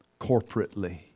corporately